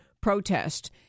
protest